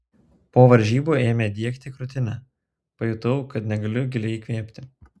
po varžybų ėmė diegti krūtinę pajutau kad negaliu giliai įkvėpti